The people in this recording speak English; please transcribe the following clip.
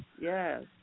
yes